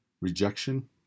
rejection